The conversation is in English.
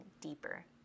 deeper